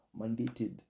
mandated